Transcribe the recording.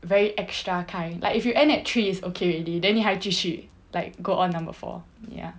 very extra kind like if you end at three is okay already then 你还继续 like go on number four ya